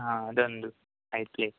ಹಾಂ ಅದೊಂದು ಐದು ಪ್ಲೇಟ್